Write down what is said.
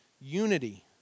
unity